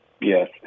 Yes